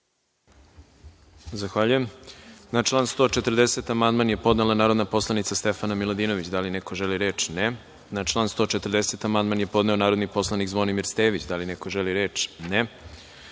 reč? (Ne.)Na član 140. amandman je podnela narodna poslanica Stefana Miladinović. Da li neko želi reč? (Ne.)Na član 140. amandman je podneo narodni poslanik Zvonimir Stević. Da li neko želi reč?